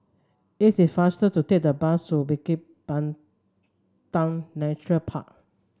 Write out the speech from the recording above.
it is faster to take the bus to Bukit Nature Park